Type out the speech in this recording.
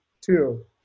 two